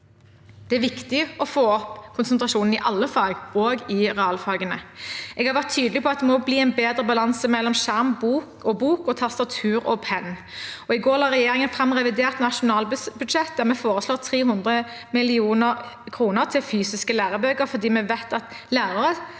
Det er viktig å få opp konsentrasjonen i alle fag, også i realfagene. Jeg har vært tydelig på at det må bli en bedre balanse mellom skjerm og bok og tastatur og penn. I går la regjeringen fram revidert nasjonalbudsjett, der vi foreslår 300 mill. kr til fysiske lærebøker fordi vi vil at lærere